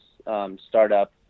Startup